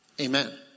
Amen